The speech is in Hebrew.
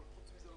אבל חוץ מזה,